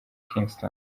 kingston